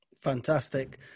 Fantastic